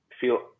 feel